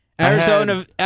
Arizona